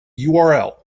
url